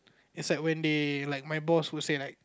is like when they like my boss who say like